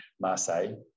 Marseille